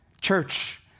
church